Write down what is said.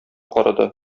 карады